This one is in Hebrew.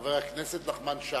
חבר הכנסת נחמן שי,